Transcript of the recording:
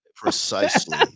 precisely